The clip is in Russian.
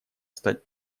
стать